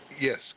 Yes